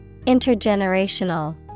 Intergenerational